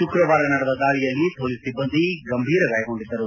ಶುಕ್ರವಾರ ನಡೆದ ದಾಳಿಯಲ್ಲಿ ಮೊಲೀಸ್ ಸಿಬ್ಬಂದಿ ಗಂಭೀರ ಗಾಯಗೊಂಡಿದ್ದರು